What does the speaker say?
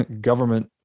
government